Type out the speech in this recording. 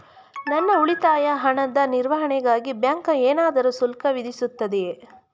ನನ್ನ ಉಳಿತಾಯ ಹಣದ ನಿರ್ವಹಣೆಗಾಗಿ ಬ್ಯಾಂಕು ಏನಾದರೂ ಶುಲ್ಕ ವಿಧಿಸುತ್ತದೆಯೇ?